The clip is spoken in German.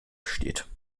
steht